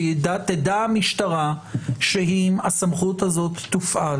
שתדע המשטרה שאם הסמכות הזאת תופעל